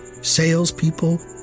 salespeople